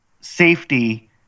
safety